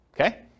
Okay